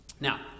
Now